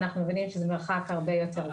אנחנו מבינים שזה מרחק יותר גדול.